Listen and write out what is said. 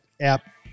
app